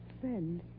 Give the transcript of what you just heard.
friend